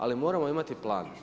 Ali moramo imati plan.